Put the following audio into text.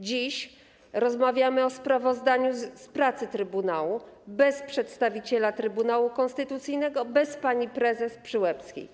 Dziś rozmawiamy o sprawozdaniu z pracy trybunału bez przedstawiciela Trybunału Konstytucyjnego, bez pani prezes Przyłębskiej.